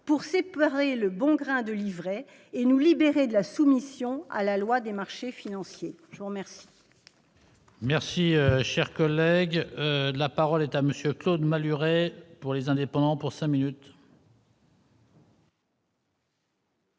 pour séparer le bon grain de l'ivraie et nous libérer de la soumission à la loi des marchés financiers, je vous remercie. Merci, cher collègue, la parole est à monsieur Claude Malhuret pour les indépendants pour 5 minutes.